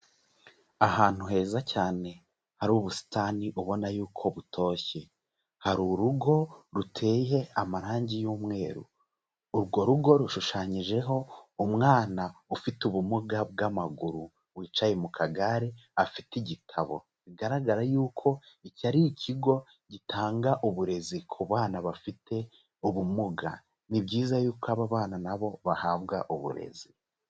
Ahantu heza cyane hari ubusitani ubona yuko butoshye, hari urugo ruteye amarangi y'umweru, urwo rugo rushushanyijeho umwana ufite ubumuga bw'amaguru wicaye mu kagare afite igitabo, bigaragara yuko iki ari ikigo gitanga uburezi ku bana bafite ubumuga, ni byiza yuko aba bana na bo bahabwa uburezi.